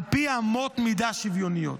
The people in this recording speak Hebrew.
על פי אמות מידה שוויוניות.